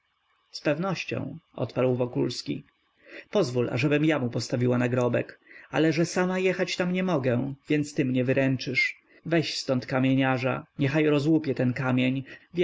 pewnością odparł wokulski pozwól ażebym ja mu postawiła nagrobek ale że sama jechać tam nie mogę więc ty mnie wyręczysz weź ztąd kamieniarza niechaj rozłupie ten kamień wiesz